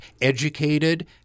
educated